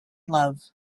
love